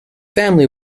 family